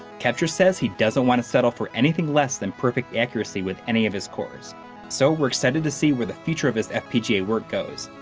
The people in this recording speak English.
kevtris says that he doesn't want to settle for anything less than perfect accuracy with any of his cores so we're excited to see where the future of his fpga work goes.